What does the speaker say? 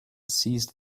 seized